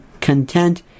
content